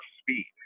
speed